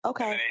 Okay